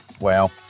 Wow